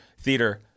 theater